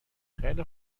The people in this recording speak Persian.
خیلی